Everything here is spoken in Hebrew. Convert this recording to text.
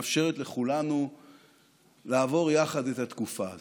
מאפשרת לכולנו לעבור יחד את התקופה הזאת.